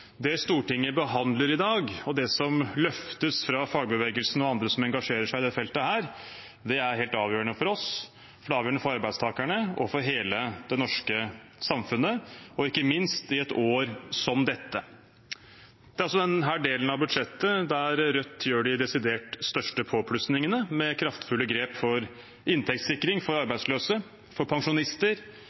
Det Stortinget behandler i dag, og det som løftes fra fagbevegelsen og andre som engasjerer seg i dette feltet, er helt avgjørende for oss, for det er avgjørende for arbeidstakerne og for hele det norske samfunnet, ikke minst i et år som dette. Det er også den delen av budsjettet der Rødt gjør de desidert største påplussingene, med kraftfulle grep for inntektssikring for arbeidsløse, for pensjonister,